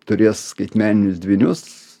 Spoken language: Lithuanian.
turės skaitmeninius dvynius